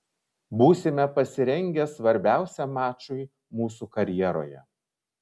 būsime pasirengę svarbiausiam mačui mūsų karjeroje